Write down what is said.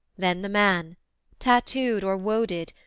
then the man tattooed or woaded,